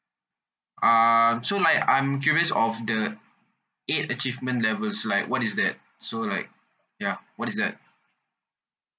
uh so like I'm curious of the eight achievement levels like what is that so like ya what is that